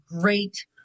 great